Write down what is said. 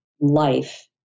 life